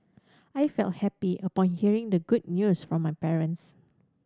I felt happy upon hearing the good news from my parents